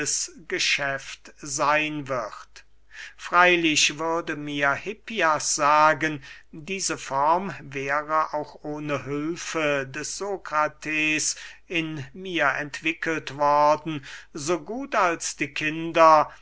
geschäft seyn wird freylich würde mir hippias sagen diese form wäre auch ohne hülfe des sokrates in mir entwickelt worden so gut als die kinder